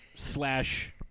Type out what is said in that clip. Slash